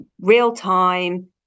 real-time